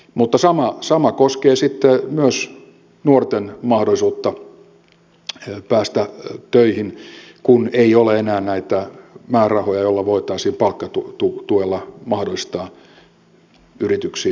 mutta sama koskee myös nuorten mahdollisuutta päästä töihin kun ei ole enää näitä määrärahoja joilla voitaisiin palkkatuella mahdollistaa yrityksiin pääsy